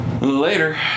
Later